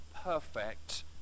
perfect